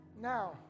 Now